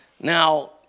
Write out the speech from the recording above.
Now